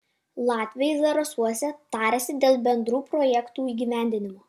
latviai zarasuose tarėsi dėl bendrų projektų įgyvendinimo